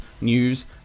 news